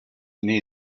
knee